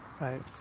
right